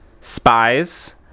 spies